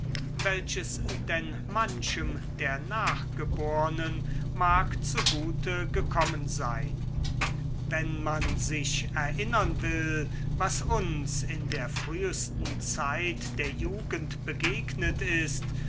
welches denn manchem der nachgebornen mag zugute gekommen sein wenn man sich erinnern will was uns in der frühsten zeit der jugend begegnet ist